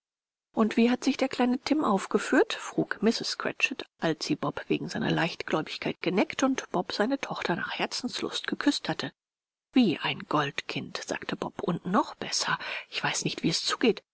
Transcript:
und wie hat sich der kleine tim aufgeführt frug mrs cratchit als sie bob wegen seiner leichtgläubigkeit geneckt und bob seine tochter nach herzenslust geküßt hatte wie ein goldkind sagte bob und noch besser ich weiß nicht wie es zugeht